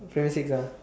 primary six ah